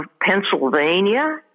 Pennsylvania